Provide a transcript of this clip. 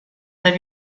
have